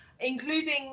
including